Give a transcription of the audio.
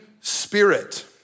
Spirit